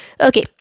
okay